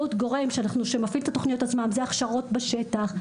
גורם שמפעיל את התוכניות עצמן זה הכשרות בשטח,